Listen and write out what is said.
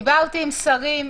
דיברתי עם שרים,